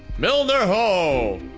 milner ho!